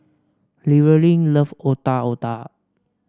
Llewellyn love Otak Otak